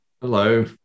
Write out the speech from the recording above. Hello